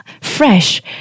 Fresh